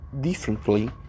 differently